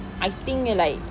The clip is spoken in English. I think they like